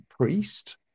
priest